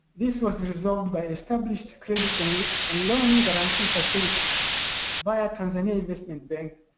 this was resolved by established credit um and loan guarantee facility via tanzania investment bank,